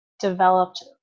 developed